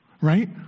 Right